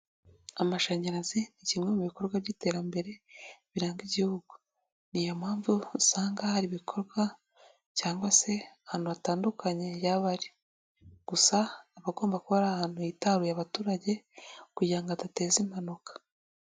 Amashanyarazi ni kimwe mu bikorwa by'iterambere biranga igihugu, ni iyo mpamvu usanga hari ibikorwa cyangwa se ahantu hatandukanye yaba ari, gusa aba agomba kuba ari ahantu hitaruye abaturage, kugira ngo adateza impanuka.